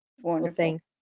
Wonderful